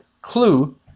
clue